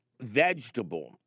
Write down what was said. vegetable